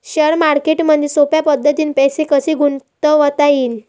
Share मार्केटमधी सोप्या पद्धतीने पैसे कसे गुंतवता येईन?